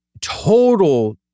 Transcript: total